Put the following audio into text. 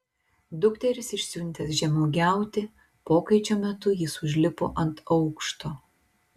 dukteris išsiuntęs žemuogiauti pokaičio metu jis užlipo ant aukšto